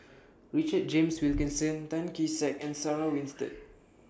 Richard James Wilkinson Tan Kee Sek and Sarah Winstedt